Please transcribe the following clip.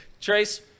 Trace